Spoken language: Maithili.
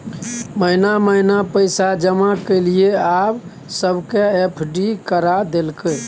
महिना महिना पैसा जमा केलियै आब सबके एफ.डी करा देलकै